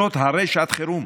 זאת הרי שעת חירום.